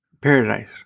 paradise